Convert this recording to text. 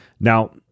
Now